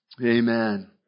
Amen